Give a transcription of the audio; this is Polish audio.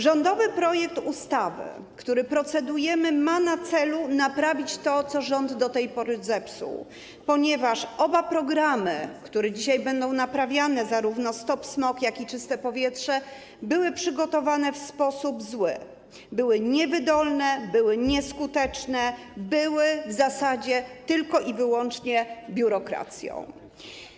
Rządowy projekt ustawy, nad którym procedujemy, ma na celu naprawić to, co rząd do tej pory zepsuł, ponieważ oba programy, które dzisiaj będą naprawiane, zarówno „Stop smog”, jak i „Czyste powietrze”, były przygotowane źle, były niewydolne, nieskuteczne, były w zasadzie tylko i wyłącznie biurokracją.